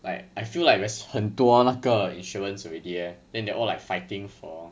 like I feel like there's 很多那个 insurance already eh then they are all like fighting for